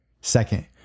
Second